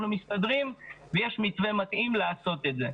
מסתדרים ויש מתווה מתאים לעשות את זה.